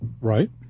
Right